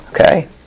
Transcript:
Okay